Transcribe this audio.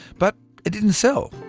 but it didn't sell.